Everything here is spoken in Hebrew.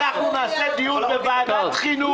נעשה דיון בוועדת החינוך,